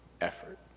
effort